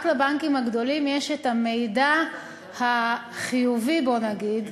רק לבנקים הגדולים יש את המידע החיובי, בוא נגיד,